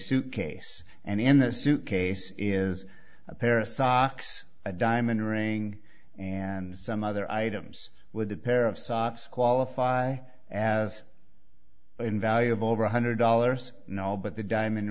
suitcase and in the suitcase is a pair of socks a diamond ring and some other items with a pair of socks qualify as in value of over one hundred dollars no but the diamond